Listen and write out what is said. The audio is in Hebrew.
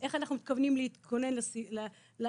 איך אנחנו מתכוונים להתכונן לאירוע.